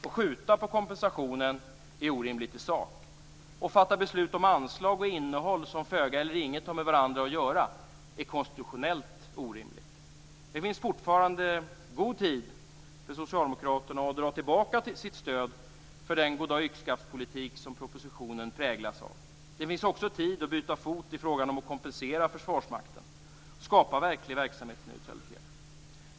Att skjuta på kompensationen är orimligt i sak. Att fatta beslut om anslag och innehåll som föga eller inget har med varandra att göra är konstitutionellt orimligt. Det finns fortfarande god tid för Socialdemokraterna att dra tillbaka sitt stöd till den goddag-yxskaftpolitik som propositionen präglas av. Det finns också tid att byta fot i frågan om att kompensera Försvarsmakten och skapa verklig verksamhetsneutralitet.